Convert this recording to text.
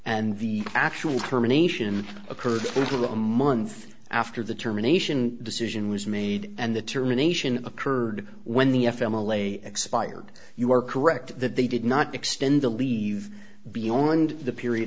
and the actual terminations occurred to a month after the terminations decision was made and the termination occurred when the f m alay expired you are correct that they did not extend the leave beyond the period